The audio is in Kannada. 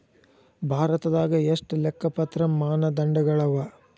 ಭಾರತದಾಗ ಎಷ್ಟ ಲೆಕ್ಕಪತ್ರ ಮಾನದಂಡಗಳವ?